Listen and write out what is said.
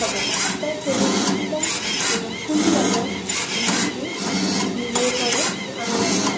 হবে না তাই ক্রেডিট ঝুঁকিটা এবং পুঁজি বাজার এই দুটি মিলিয়ে পরে আমি আমার